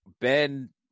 Ben